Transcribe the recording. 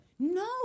No